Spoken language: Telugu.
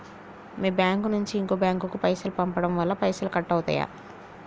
మీ బ్యాంకు నుంచి ఇంకో బ్యాంకు కు పైసలు పంపడం వల్ల పైసలు కట్ అవుతయా?